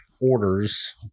orders